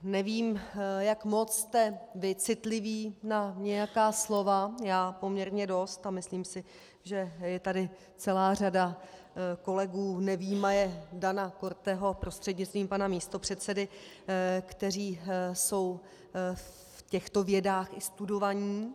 Nevím, jak moc jste vy citliví na nějaká slova, já poměrně dost a myslím si, že je tady celá řada kolegů nevyjímaje Dana Korteho, prostřednictvím pana místopředsedy, kteří jsou v těchto vědách i studovaní.